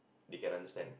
they can understand